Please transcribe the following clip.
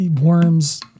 worms